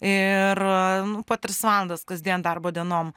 ir po tris valandas kasdien darbo dienom